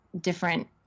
different